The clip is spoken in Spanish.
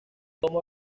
como